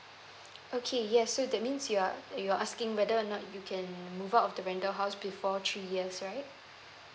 okay yes so that means you are you're asking whether or not you can move out of the vendor house before three years right